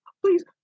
please